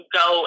go